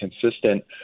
consistent